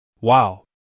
Wow